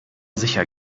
sicher